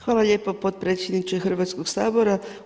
Hvala lijepo potpredsjedniče Hrvatskog sabora.